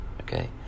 Okay